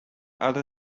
other